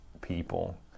people